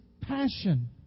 passion